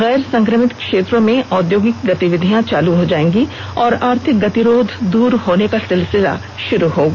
गैर संक्रमित क्षेत्रों में औद्योगिक गतिविधियां चालू हो जाएंगी और आर्थिक गतिरोध दूर होने का सिलसिला शुरू होगा